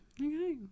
Okay